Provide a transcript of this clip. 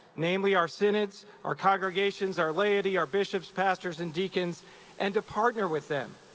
namely our synods, our congregations, our laity, our bishops, pastors and deacons and to partner with them.